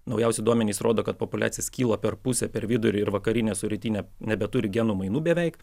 naujausi duomenys rodo kad populiacija skyla per pusę per vidurį ir vakarinė su rytine nebeturi genų mainų beveik